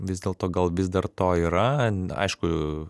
vis dėlto gal vis dar to yra aišku